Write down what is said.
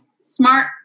smart